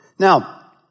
Now